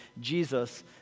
Jesus